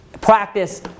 practice